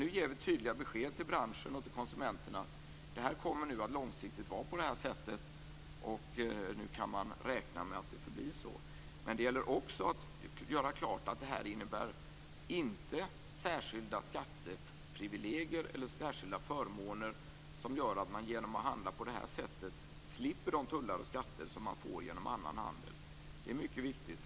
Nu ger vi tydliga besked till branschen och konsumenterna om att det långsiktigt kommer att vara på det här sättet. Man kan räkna med att det förblir så. Men det gäller också att göra klart att detta inte innebär särskilda skatteprivilegier eller särskilda förmåner som gör att man genom att handla på det här sättet slipper de tullar och skatter som finns inom annan handel. Det är mycket viktigt.